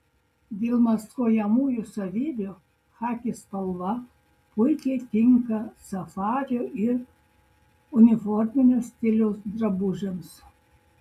dėl maskuojamųjų savybių chaki spalva puikiai tinka safario ir uniforminio stiliaus drabužiams